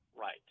Right